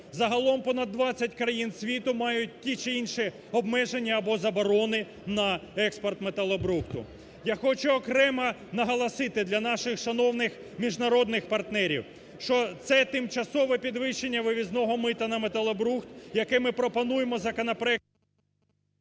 Загалом понад 20 країн світу мають ті чи інші обмеження або заборони на експорт металобрухту. Я хочу окремо наголосити для наших шановних міжнародних партнерів, що це тимчасове підвищення вивізного мита на металобрухт, яке ми пропонуємо законопроектом…